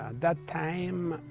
that time